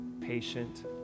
patient